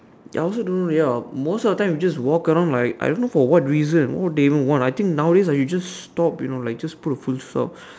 ya I also don't know ya most of the time we just walk around like I don't know for what reason what they even want I think nowadays you just stop like you just put a full stop